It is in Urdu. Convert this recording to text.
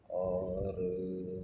اور